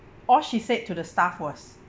all she said to the staff was